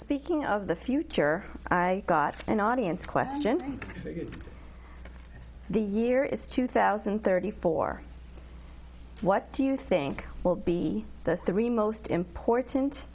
speaking of the future i got an audience question the year is two thousand and thirty four what do you think will be the three most important